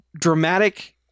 dramatic